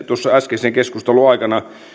tuossa äskeisen keskustelun aikana